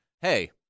hey